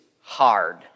hard